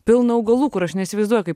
pilna augalų kur aš neįsivaizduoju kaip